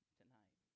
tonight